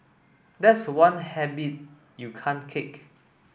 that's one habit you can't kick